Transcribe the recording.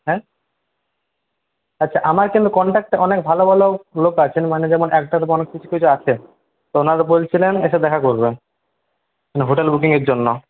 হ্যাঁ আচ্ছা আমার কেন কনট্যাক্ট অনেক ভালো ভালো লোক আছেন মানে যেমন একসাথে অনেক কিছু কিছু আসেন তো ওনারা বলছিলেন এসে দেখা করবেন মানে হোটেল বুকিংয়ের জন্য